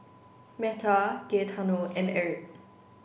Metta Gaetano and Erik